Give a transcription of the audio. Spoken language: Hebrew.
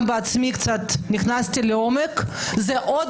גם אני בעצמי נכנסתי קצת לעומק - וזה עוד